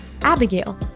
Abigail